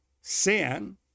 sin